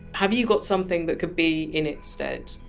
have you got something that could be in its stead?